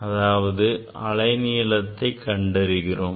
அதாவது நாம் அலை நீளத்தை கண்டறிகிறோம்